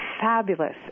fabulous